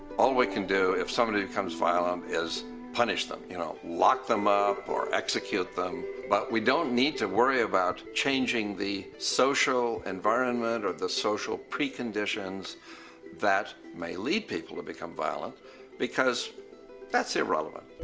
all we can do, if somebody becomes violent is punish them you know lock them up or execute them. but we don't need to worry about changing the social environment or the social preconditions that may lead people to become violent because that's irrelevant.